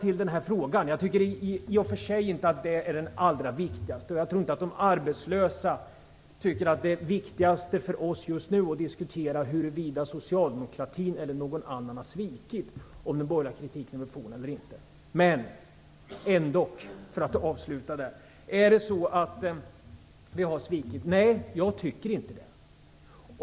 I och för sig tycker jag inte, och jag tror att inte heller de arbetslösa tycker det, att det viktigaste för oss just nu är att diskutera huruvida det är socialdemokratin eller någon annan som har svikit och om den borgerliga kritiken är befogad eller inte. Är det så att vi har svikit? Nej, det tycker inte jag.